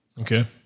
Okay